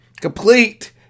complete